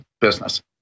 business